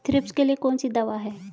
Thrips के लिए कौन सी दवा है?